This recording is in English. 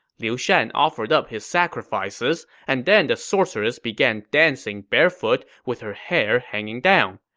liu shan offered up his sacrifices, and then the sorceress began dancing barefoot with her hair hanging down.